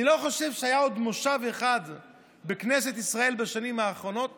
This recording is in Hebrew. אני לא חושב שהיה עוד מושב אחד בכנסת ישראל בשנים האחרונות